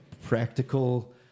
practical